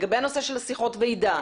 לגבי הנושא של שיחות הוועידה,